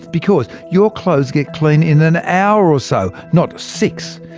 because your clothes get clean in an hour-or-so, not six.